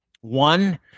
One